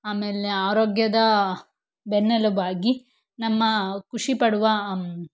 ಆಮೇಲೆ ಆರೋಗ್ಯದ ಬೆನ್ನೆಲುಬಾಗಿ ನಮ್ಮ ಖುಷಿಪಡುವ